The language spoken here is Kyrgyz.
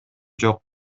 жок